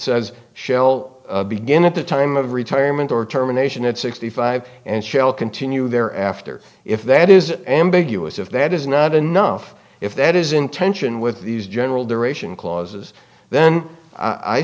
says shell begin at the time of retirement or terminations at sixty five and shall continue there after if that is ambiguous if that is not enough if that is intention with these general duration clauses then i